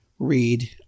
read